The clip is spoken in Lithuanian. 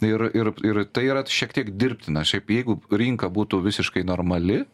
ir ir ir tai yra šiek tiek dirbtina šiaip jeigu rinka būtų visiškai normali